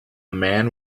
man